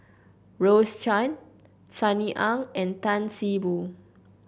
Rose Chan Sunny Ang and Tan See Boo